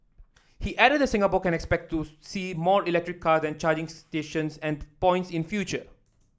he added that Singapore can expect to see more electric car and charging stations and points in future